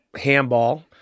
handball